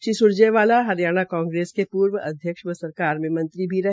श्री स्रजेवाला हरियाणा कांग्रेस के पूर्व अध्यक्ष व सरकार में मंत्री भी रहे